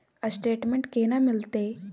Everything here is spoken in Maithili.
स्टेटमेंट केना मिलते?